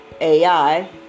AI